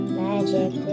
magic